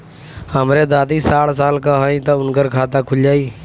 हमरे दादी साढ़ साल क हइ त उनकर खाता खुल जाई?